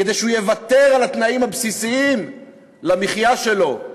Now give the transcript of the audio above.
כדי שהוא יוותר על התנאים הבסיסיים למחיה שלו,